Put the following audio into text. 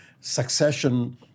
succession